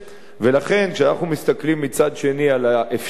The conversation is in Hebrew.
ולכן, כשאנחנו מסתכלים מצד שני על האפשרות